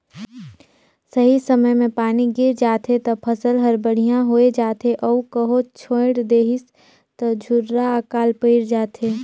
सही समय मे पानी गिर जाथे त फसल हर बड़िहा होये जाथे अउ कहो छोएड़ देहिस त झूरा आकाल पइर जाथे